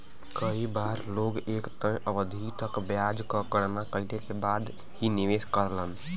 कई बार लोग एक तय अवधि तक ब्याज क गणना कइले के बाद ही निवेश करलन